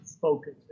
focus